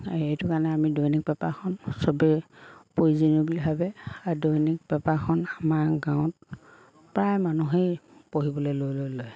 এইটো কাৰণে আমি দৈনিক পেপাৰখন চবেই প্ৰয়োজনীয় বুলি ভাবে আৰু দৈনিক পেপাৰখন আমাৰ গাঁৱত প্ৰায় মানুহেই পঢ়িবলৈ লৈ লৈ লয়